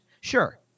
Sure